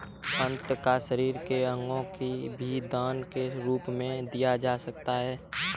रक्त या शरीर के अंगों को भी दान के रूप में दिया जा सकता है